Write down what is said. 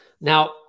Now